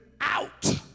out